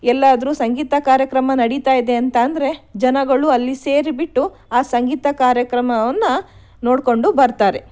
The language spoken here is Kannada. ಎಲ್ಲಾದರೂ ಸಂಗೀತ ಕಾರ್ಯಕ್ರಮ ನಡೀತಾ ಇದೆ ಅಂತ ಅಂದರೆ ಜನಗಳು ಅಲ್ಲಿ ಸೇರಿ ಬಿಟ್ಟು ಆ ಸಂಗೀತ ಕಾರ್ಯಕ್ರಮವನ್ನು ನೋಡಿಕೊಂಡು ಬರ್ತಾರೆ